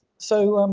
so um